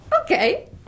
okay